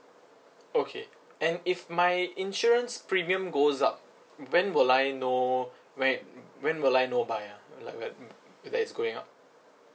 okay and if my insurance premium goes up when will I know when when will I know by ah like like mm there is going up